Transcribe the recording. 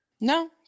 No